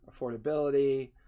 affordability